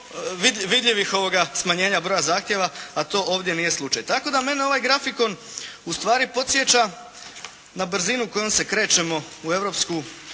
vidljivih smanjenja broja zahtjeva, a to ovdje nije slučaj. Tako da mene ovaj grafikon ustvari podsjeća na brzinu kojom se krećemo u Europsku